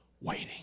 waiting